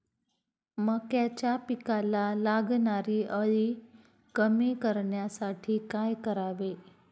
मक्याच्या पिकाला लागणारी अळी कमी करण्यासाठी काय करावे?